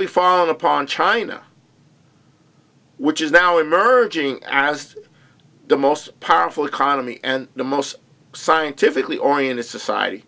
the falling upon china which is now emerging as the most powerful economy and the most scientifically oriented society